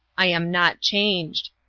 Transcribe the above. i am not changed.